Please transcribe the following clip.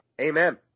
Amen